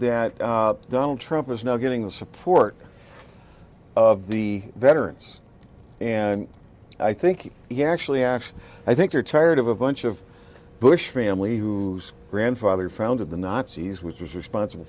that donald trump is now getting the support of the veterans and i think he actually actually i think you're tired of a bunch of bush family who grandfather founded the nazis which was responsible